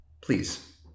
please